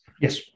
Yes